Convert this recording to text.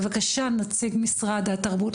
בבקשה נציג משרד התרבות,